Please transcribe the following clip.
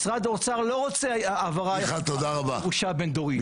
משרד האוצר לא רוצה העברת ירושה בין-דורית,